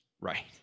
Right